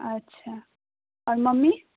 अच्छा आओर मम्मी